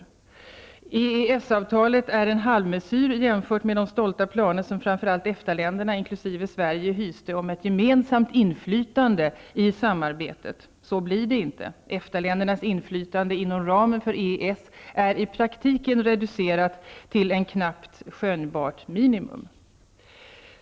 - Under alla omständigheter blir EES-avtalet en halvmesyr jämfört med de stolta planer som framförallt EFTA-länderna, inkl. Sverige, hyste om ett gemensamt inflytande i EG/EFTA samarbetet som EES skulle skapa. Så blir det inte. EFTA-ländernas inflytande inom ramen för EES är i praktiken reducerat till ett knappt skönjbart minimum.''